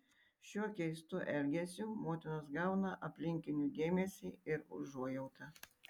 šiuo keistu elgesiu motinos gauna aplinkinių dėmesį ir užuojautą